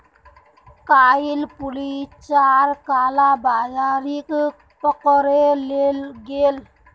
कइल पुलिस चार कालाबाजारिक पकड़े ले गेले